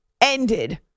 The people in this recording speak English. ended